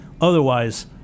Otherwise